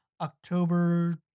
October